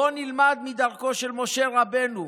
בואו נלמד מדרכו של משה רבנו.